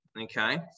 okay